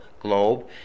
globe